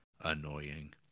annoying